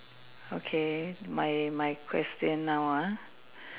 okay my my question now ah